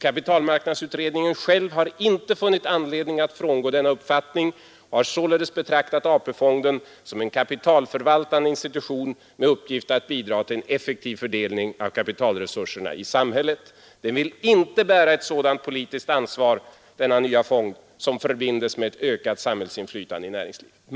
Kapitalmarknadsutredningen själv har inte funnit anledning att frångå denna uppfattning och har således betraktat AP-fonden som en kapitalförvaltande institution med uppgift att bidra till en effektiv 139 fördelning av kapitalresurserna i samhället. Denna fond skall inte bära ett sådant politiskt ansvar som förbinds med ett ökat inflytande i samhällslivet.